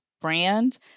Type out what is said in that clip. brand